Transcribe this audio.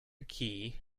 key